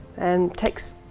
and takes,